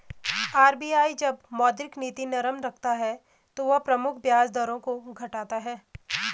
RBI जब मौद्रिक नीति नरम रखता है तो वह प्रमुख ब्याज दरों को घटाता है